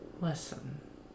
Listen